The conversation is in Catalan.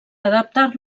adaptar